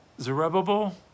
Zerubbabel